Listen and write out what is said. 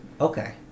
Okay